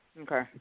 Okay